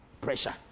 Pressure